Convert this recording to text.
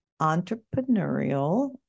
entrepreneurial